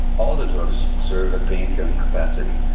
all the drugs serve a painkilling capacity.